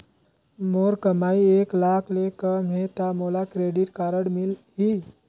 मोर कमाई एक लाख ले कम है ता मोला क्रेडिट कारड मिल ही?